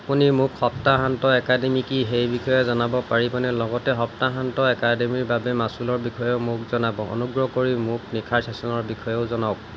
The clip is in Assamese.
আপুনি মোক সপ্তাহান্ত একাডেমী কি সেই বিষয়ে জনাব পাৰিবনে লগতে সপ্তাহান্ত একাডেমীৰ বাবে মাচুলৰ বিষয়েও মোক জনাব অনুগ্ৰহ কৰি মোক নিশাৰ ছেচনৰ বিষয়েও জনাওক